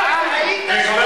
ניאו-נאצי, היית אידיוט, מושחת.